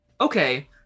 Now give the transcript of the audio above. Okay